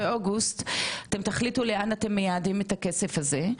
באוגוסט אתם תחליטו לאן אתם מייעדים את הכסף הזה,